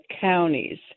counties